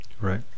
Right